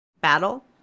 battle